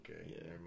Okay